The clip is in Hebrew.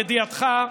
לידיעתך,